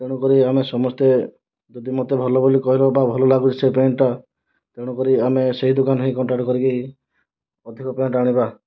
ତେଣୁକରି ଆମେ ସମସ୍ତେ ଯଦି ମୋତେ ଭଲ ବୋଲି କହିବ ବା ଭଲ ଲାଗୁଛି ସେ ପ୍ୟାଣ୍ଟଟା ତେଣୁ କରି ଆମେ ସେହି ଦୋକାନରୁ ହିଁ କଣ୍ଟାକ୍ଟ କରିକି ଅଧିକ ପ୍ୟାଣ୍ଟ ଆଣିବା